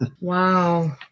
Wow